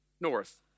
north